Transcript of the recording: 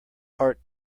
heart